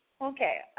Okay